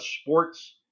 sports